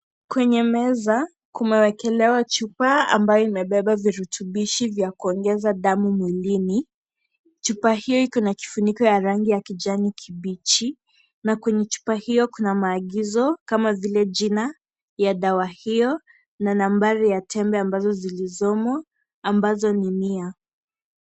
Kwenye meza kumewekelewa chupa ambayo imebeba virutubisho vya kuongeza damu mwilini. Chupa hio ikona kifuniko ya rangi ya kijani kibichi na kwenye chupa hio kuna maagizo kama vile jina ya dawa hio na nambari ya tembe ambazo zilizomo ambazo ni mia.